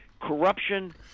corruption